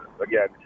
again